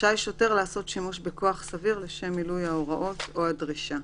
רשאי שוטר לעשות שימוש בכוח סביר לשם מילוי ההוראות או הדרישה.